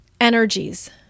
energies